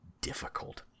difficult